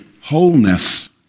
wholeness